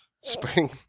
Spring